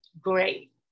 great